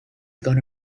gonna